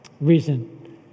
reason